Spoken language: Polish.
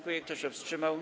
Kto się wstrzymał?